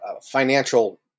financial